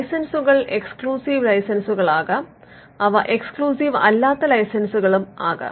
ലൈസൻസുകൾ exclusive ലൈസൻസുകളാകാം അവ exclusive അല്ലാത്ത ലൈസൻസുകളും ആകാം